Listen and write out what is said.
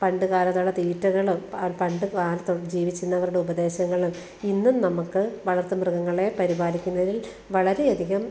പണ്ടുകാലത്തുള്ള തീറ്റകളും പണ്ടുകാലത്ത് ജീവിച്ചിരുന്നവരുടെ ഉപദേശങ്ങളും ഇന്നും നമ്മക്ക് വളര്ത്ത് മൃഗങ്ങളെ പരിപാലിക്കുന്നതില് വളരെയധികം